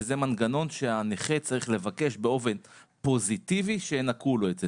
שזה מנגנון שהנכה צריך לבקש באופן פוזיטיבי שינכו לו את זה.